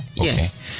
Yes